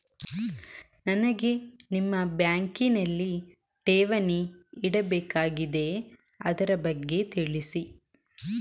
ನನಗೆ ನಿಮ್ಮ ಬ್ಯಾಂಕಿನಲ್ಲಿ ಠೇವಣಿ ಇಡಬೇಕಾಗಿದೆ, ಅದರ ಬಗ್ಗೆ ತಿಳಿಸಿ